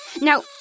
Now